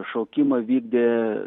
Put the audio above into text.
šaukimą vykdė